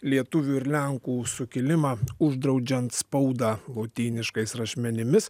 lietuvių ir lenkų sukilimą uždraudžiant spaudą lotyniškais rašmenimis